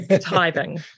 Tithing